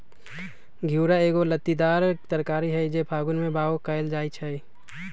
घिउरा एगो लत्तीदार तरकारी हई जे फागुन में बाओ कएल जाइ छइ